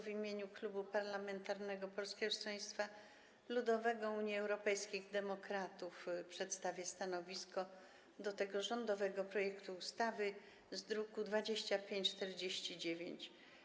W imieniu Klubu Parlamentarnego Polskiego Stronnictwa Ludowego - Unii Europejskich Demokratów przedstawię stanowisko wobec rządowego projektu ustawy z druku nr 2549.